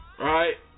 Right